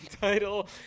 title